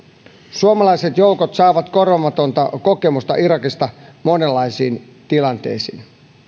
suomalaiset joukot saavat irakista korvaamatonta kokemusta monenlaisiin tilanteisiin